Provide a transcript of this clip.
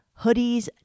hoodies